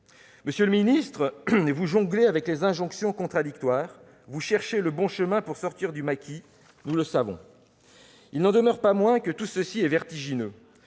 Monsieur le ministre, vous jonglez avec les injonctions contradictoires, cherchant le bon chemin pour sortir du maquis ; nous le savons. Il n'en demeure pas moins que tout ceci est vertigineux.